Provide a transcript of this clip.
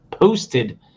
posted